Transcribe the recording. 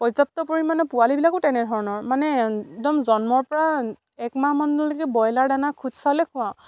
পৰ্যাপ্ত পৰিমাণে পোৱালিবিলাকো তেনেধৰণৰ মানে একদম জন্মৰ পৰা একমাহ মানলৈকে ব্ৰইলাৰ দানা খুদ চাউলেই খোৱাওঁ